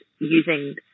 using